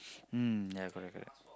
mm ya correct correct